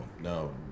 no